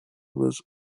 was